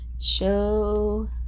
Show